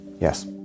Yes